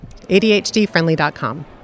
ADHDfriendly.com